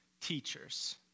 teachers